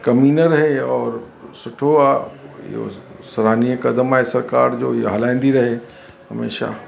कमी न रहे और सुठो आहे इहो सराहनीय क़दमु आहे सरकारि जो ई हलाईंदी रहे हमेशह